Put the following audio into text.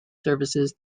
services